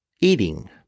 eating